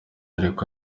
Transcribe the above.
ariko